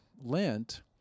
Lent